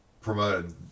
promoted